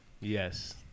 yes